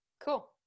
cool